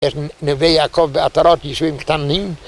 איך... נווה יעקב ועטרות ישובים קטנים?